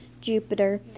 Jupiter